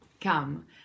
Come